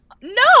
No